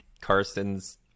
Carson's